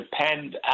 depend